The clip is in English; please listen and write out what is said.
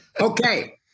Okay